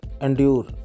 Endure